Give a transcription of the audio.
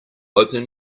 open